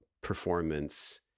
performance